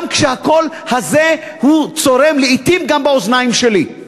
גם כשהקול הזה הוא צורם, לעתים גם באוזניים שלי.